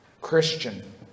Christian